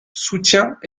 soutient